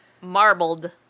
marbled